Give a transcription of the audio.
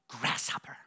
grasshopper